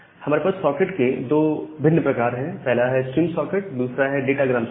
हमारे पास सॉकेट के दो भिन्न प्रकार हैं पहला है स्ट्रीम सॉकेट और दूसरा है डाटा ग्राम सॉकेट